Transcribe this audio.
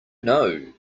know